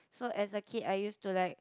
so as a kid I use to like